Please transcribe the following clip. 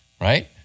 right